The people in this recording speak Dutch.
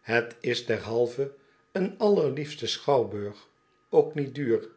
het is derhalve een allerliefste schouwburg ook niet duur